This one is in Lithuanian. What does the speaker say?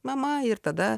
mama ir tada